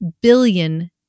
billion